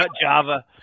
Java